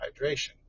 hydration